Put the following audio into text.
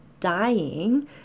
dying